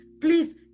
Please